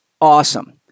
awesome